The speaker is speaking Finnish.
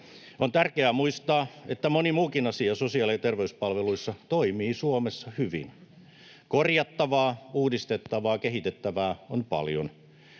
On tärkeää muistaa, että moni muukin asia sosiaali- ja terveyspalveluissa toimii Suomessa hyvin. Korjattavaa, uudistettavaa ja kehitettävää on paljon.